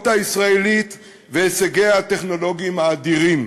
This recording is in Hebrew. הישראלית והישגיה הטכנולוגיים האדירים,